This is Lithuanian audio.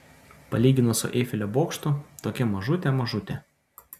palyginus su eifelio bokštu tokia mažutė mažutė